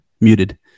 muted